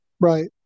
Right